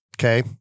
okay